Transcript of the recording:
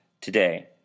today